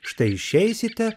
štai išeisite